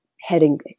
heading